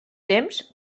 temps